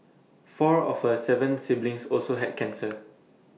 four of her Seven siblings also had cancer